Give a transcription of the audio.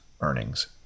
earnings